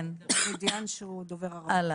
מדיאן שדובר ערבית.